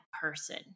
person